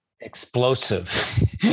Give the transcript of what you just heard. explosive